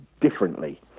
differently